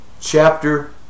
chapter